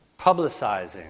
publicizing